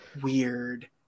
weird